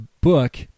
book